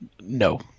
No